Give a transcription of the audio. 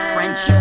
French